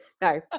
No